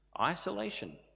isolation